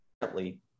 currently